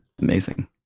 Amazing